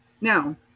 Now